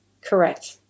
Correct